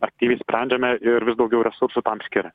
aktyviai sprendžiame ir vis daugiau resursų tam skiriame